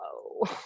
Whoa